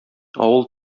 авыл